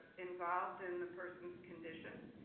involved in the person's condition.